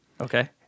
Okay